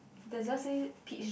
does yours say peach